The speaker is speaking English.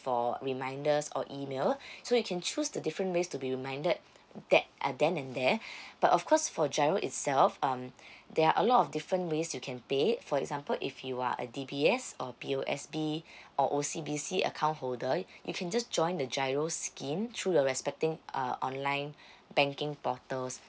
for reminders or email so you can choose the different ways to be reminded that uh then and there but of course for G_I_R_O itself um there are a lot of different ways you can pay for example if you are a D_B_S or P_O_S_B or O_C_B_C account holder you can just join the G_I_R_O scheme through the respecting uh online banking portals